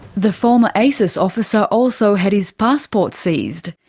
the former asis officer also had his passport seized.